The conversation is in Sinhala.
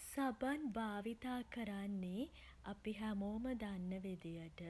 සබන් භාවිතා කරන්නේ අපි හැමෝම දන්න විදියට